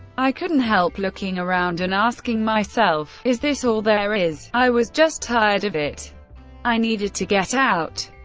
i couldn't help looking around and asking myself, is this all there is i was just tired of it i needed to get out.